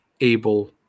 able